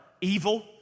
evil